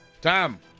Tom